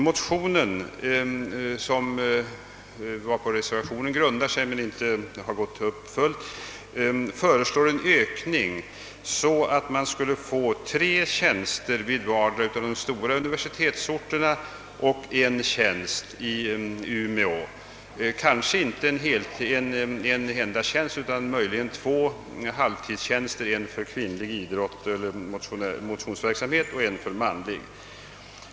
Motionen — på vilken reservationen deivis men inte helt grundas — föreslår en ökning till 3 tjänster på vardera av de stora universitetsorterna och 1 tjänst i Umeå. I det senare fallet behöver det inte nödvändigtvis vara en heltidstjänst utan möjligen två halvtidstjänster, en för kvinnlig idrott och motionsverksamhet och en för manlig.